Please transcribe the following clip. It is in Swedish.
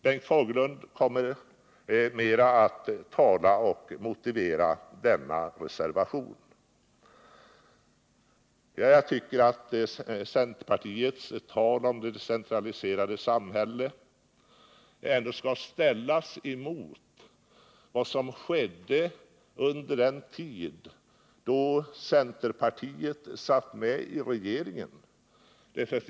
Bengt Fagerlund kommer att mer ingående tala om och motivera denna reservation. Centerpartiets tal om det decentraliserade samhället står i kontrast mot vad som skedde under den tid då centerpartiet satt med i regeringen.